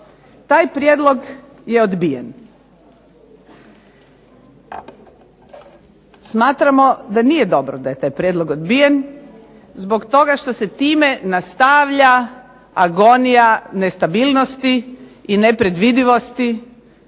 Taj prijedlog je odbijen. Smatramo da nije dobro da je taj prijedlog odbijen zbog toga što se time nastavlja agonija nestabilnosti i nepredvidivosti